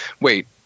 Wait